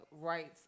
rights